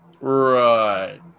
Right